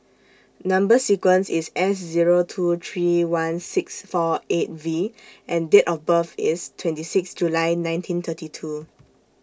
Number sequence IS S Zero two three one six four eight V and Date of birth IS twenty six July nineteen thirty two